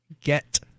get